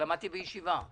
אני למדתי בישיבה.